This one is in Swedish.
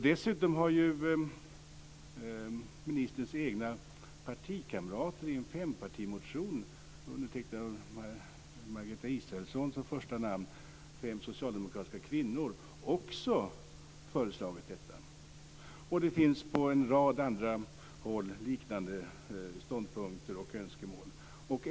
Dessutom har ministerns egna partikamrater, fem socialdemokratiska kvinnor, i en fempartimotion med Margareta Israelsson som första namn också föreslagit detta. Det finns på en rad andra håll liknande ståndpunkter och önskemål.